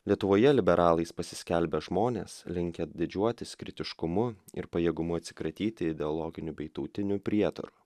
lietuvoje liberalais pasiskelbę žmonės linkę didžiuotis kritiškumu ir pajėgumu atsikratyti ideologinių bei tautinių prietarų